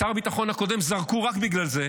את שר הביטחון הקודם זרקו רק בגלל זה.